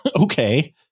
Okay